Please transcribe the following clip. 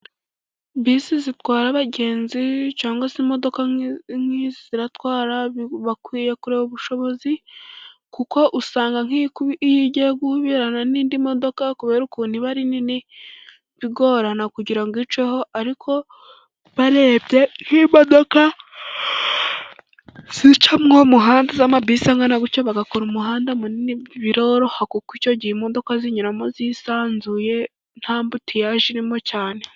Bisi zitwara abagenzi cyangwa se imodoka ziratwara bakwiye kureba ubushobozi ,kuko usanga iyo igiye guhurirana n'indi modoka kubera ukuntu iba ari nini bigorana kugira ngo iceho ariko barebye nk'imodoka zica mu muhanda z'amabisi angana gutyo bagakora umuhanda munini biroroha kuko icyo gihe imodoka zinyuramo zisanzuye nta mbutiyaje irimo cyane.